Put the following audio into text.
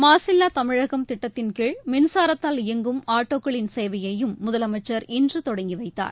மாசில்லா தமிழகம் திட்டத்தின் கீழ் மின்சாரத்தால் இயங்கும் ஆட்டோக்களின் சேவையையும் முதலமைச்சர் இன்று தொடங்கி வைத்தார்